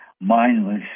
mindless